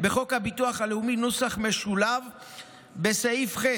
בחוק הביטוח הלאומי , בסעיף ח',